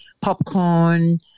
popcorn